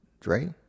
Dre